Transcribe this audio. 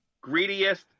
greediest